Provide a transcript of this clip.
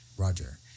Roger